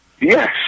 Yes